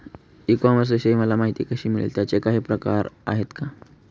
E कॉमर्सविषयी मला माहिती कशी मिळेल? त्याचे काही प्रकार आहेत का?